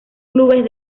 clubes